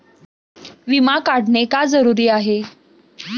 विमा काढणे का जरुरी आहे?